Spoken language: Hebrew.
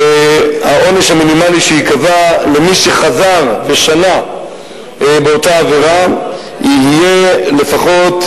העונש המינימלי שייקבע למי שחזר ושנה באותה עבירה יהיה לפחות,